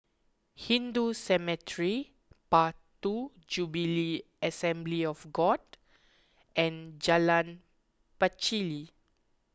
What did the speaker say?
Hindu Cemetery Path two Jubilee Assembly of God and Jalan Pacheli